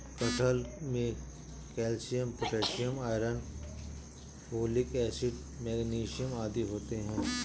कटहल में calcium potassium iron folic acid magnesium आदि होते हैं